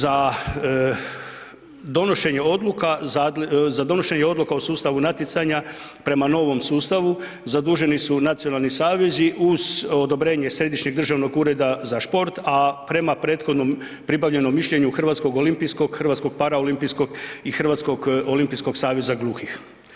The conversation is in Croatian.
Za donošenje odluka o sustavu natjecanja prema novom sustavu, zaduženi su nacionalni savezu uz odobrenje Središnjeg državnog ureda za šport, a prema prethodnom pribavljenom mišljenju Hrvatskog olimpijskog, Hrvatskog paraolimpijskog i Hrvatskog olimpijskog saveza gluhih.